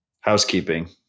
Housekeeping